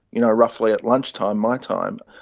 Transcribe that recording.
you know roughly at lunchtime my time,